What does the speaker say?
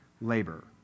labor